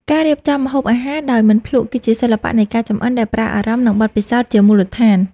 ការរៀបចំម្ហូបអាហារដោយមិនភ្លក្ស គឺជាសិល្បៈនៃការចម្អិនដែលប្រើអារម្មណ៍ និងបទពិសោធន៍ជាមូលដ្ឋាន។